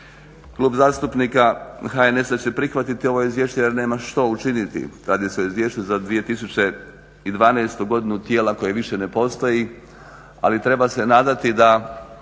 Klub zastupnika HNS-a će prihvatiti ovo izvješće jer nema što učiniti. Radi se o izvješću za 2012.godinu tijela koje više ne postoji, ali treba se nadati da